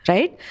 Right